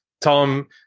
Tom